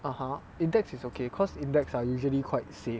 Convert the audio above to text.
(uh huh) index is okay because index are usually quite safe